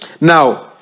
now